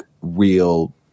real